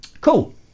Cool